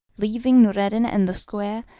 leaving noureddin in the square,